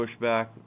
pushback